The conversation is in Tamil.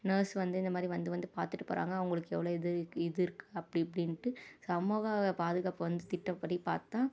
நர்ஸ் வந்து இந்த மாதிரி வந்து வந்து பார்த்துட்டு போகிறாங்க அவங்களுக்கு எவ்வளோ இது இது இருக்குது அப்படி இப்படின்ட்டு சமூக பாதுகாப்பை வந்து திட்டப்படி பார்த்தா